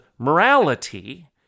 Morality